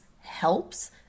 helps